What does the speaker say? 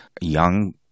young